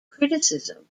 criticism